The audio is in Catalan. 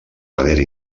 manera